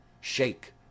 Shake